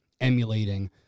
emulating